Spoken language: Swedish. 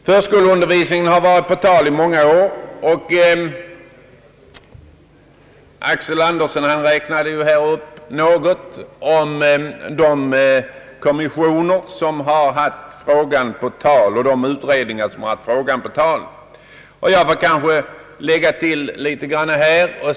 Förskoleundervisningen har varit på tal i många år. Herr Axel Andersson räknade upp några av de kommissioner och utredningar som har sysslat med frågan, och jag får kanske göra en liten komplettering.